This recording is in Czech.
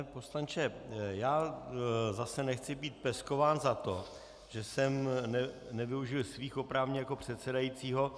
Pane poslanče, já zase nechci být peskován za to, že jsem nevyužil svých oprávnění jako předsedajícího.